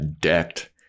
decked